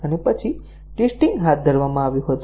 અને પછી ટેસ્ટીંગ હાથ ધરવામાં આવ્યું હતું